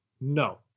no